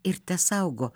ir tesaugo